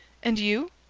and you?